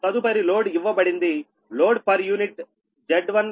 తదుపరి లోడ్ ఇవ్వబడింది load per unit Z1 Z1 ohmic విలువ దీనినే 0